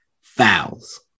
fouls